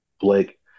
Blake